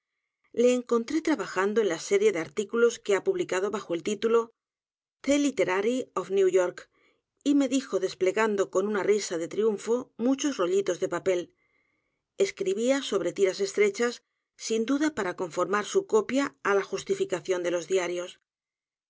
le encontré trabajando en l a serie de a r t í culos que ha publicado bajo el título the liiterati of new york y me dijo desplegando con una risa de triunfo muchos rollitos de papel escribía sobre tiras estrechas sin d u d a para conformar su copia á ajwlificación de los diarios